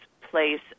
place